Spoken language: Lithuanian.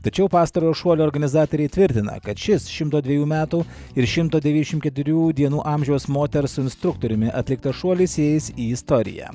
tačiau pastarojo šuolio organizatoriai tvirtina kad šis šimto dvejų metų ir šimto devyšim keturių dienų amžiaus moters su instruktoriumi atliktas šuolis įeis į istoriją